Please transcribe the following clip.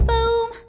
Boom